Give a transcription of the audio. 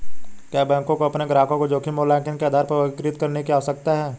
क्या बैंकों को अपने ग्राहकों को जोखिम मूल्यांकन के आधार पर वर्गीकृत करने की आवश्यकता है?